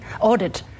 audit